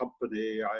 company